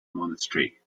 monastery